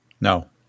No